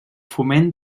foment